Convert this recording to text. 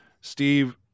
Steve